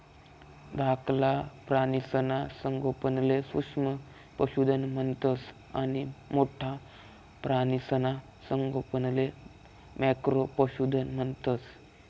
धाकला प्राणीसना संगोपनले सूक्ष्म पशुधन म्हणतंस आणि मोठ्ठा प्राणीसना संगोपनले मॅक्रो पशुधन म्हणतंस